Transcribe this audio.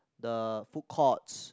the food courts